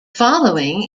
following